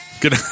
Good